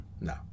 No